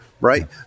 Right